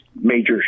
major